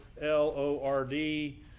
L-O-R-D